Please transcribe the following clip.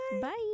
Bye